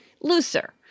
looser